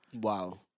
Wow